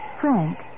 Frank